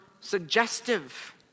suggestive